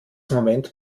moment